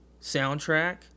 soundtrack